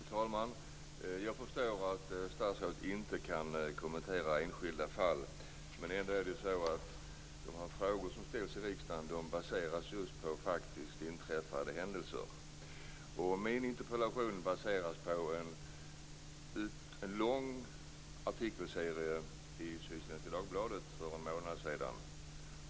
Fru talman! Jag förstår att statsrådet inte kan kommentera enskilda fall. Men det är ju ändå så att de frågor som ställs i riksdagen baseras just på faktiskt inträffade händelser. Min interpellation baseras på en lång artikelserie i Sydsvenska Dagbladet för en månad sedan.